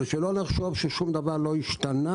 אבל שלא נחשוב ששום דבר לא השתנה